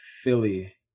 Philly